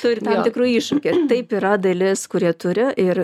turi tam tikrų iššūkių taip yra dalis kurie turi ir